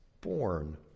born